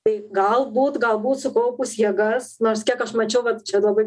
tai galbūt galbūt sukaupus jėgas nors kiek aš mačiau vat čia labai